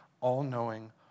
all-knowing